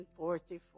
1944